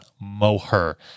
Moher